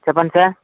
చెప్పండి సార్